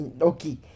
Okay